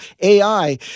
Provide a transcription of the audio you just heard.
AI